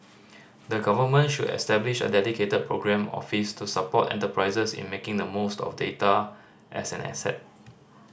the Government should establish a dedicated programme office to support enterprises in making the most of data as an asset